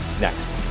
next